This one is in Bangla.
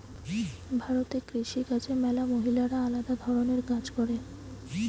ভারতে কৃষি কাজে ম্যালা মহিলারা আলদা ধরণের কাজ করে